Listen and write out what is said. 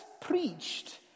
preached